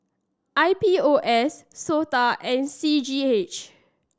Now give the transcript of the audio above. I P O S SOTA and C G H